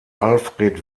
alfred